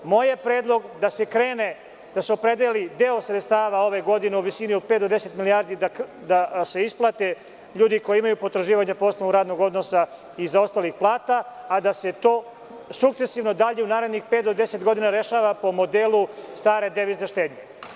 Moj je predlog da se krene, da se opredeli deo sredstava ove godine u visini od pet do deset milijardi i da se isplate ljudi koji imaju potraživanja po osnovu radnog odnosa i zaostalih plata, a da se to sukcesivno dalje u narednih pet do deset godina rešava po modelu stare devizne štednje.